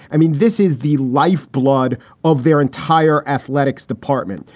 i mean, this is the lifeblood of their entire athletics department.